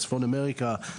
צפון אמריקה,